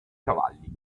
cavalli